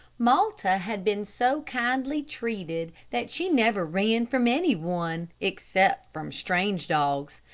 malta had been so kindly treated that she never ran from any one, except from strange dogs.